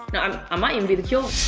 know, um i might even be the cure.